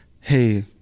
hey